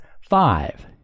five